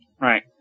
Right